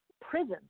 prisons